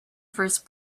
first